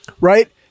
right